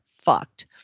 Fucked